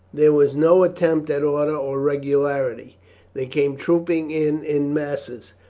there was no attempt at order or regularity they came trooping in in masses,